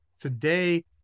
today